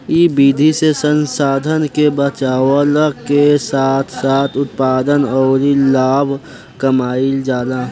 इ विधि से संसाधन के बचावला के साथ साथ उत्पादन अउरी लाभ कमाईल जाला